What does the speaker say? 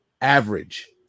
Average